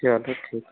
चलो ठीक है